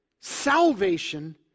salvation